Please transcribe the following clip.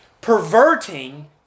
perverting